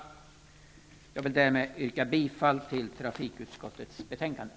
Därmed yrkar jag bifall till trafikutskottets hemställan i betänkandet.